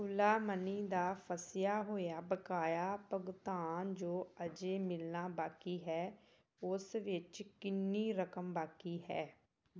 Ola money ਦਾ ਫਸਿਆ ਹੋਇਆ ਬਕਾਇਆ ਭੁਗਤਾਨ ਜੋ ਅਜੇ ਮਿਲਣਾ ਬਾਕੀ ਹੈ ਉਸ ਵਿੱਚ ਕਿੰਨੀ ਰਕਮ ਬਾਕੀ ਹੈ